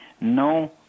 no